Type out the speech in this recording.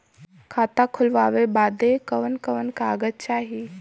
खाता खोलवावे बादे कवन कवन कागज चाही?